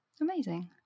Amazing